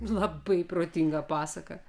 labai protinga pasaka